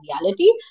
reality